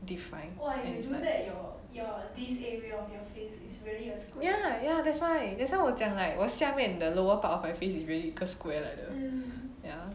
defined ya ya that's why that's why 我讲 like 我下面的 the lower part of my face is really 一个 square 来的 ya